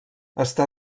està